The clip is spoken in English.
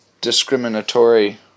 discriminatory